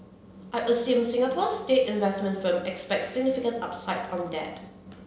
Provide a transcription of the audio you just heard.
I assume Singapore's state investment firm expects significant upside on that